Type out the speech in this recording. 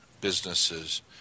businesses